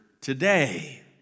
today